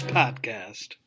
podcast